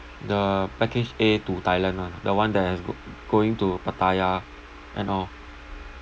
the package A to thailand [one] ah the one that has go~ going to pattaya and all